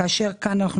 כאשר כאן אנחנו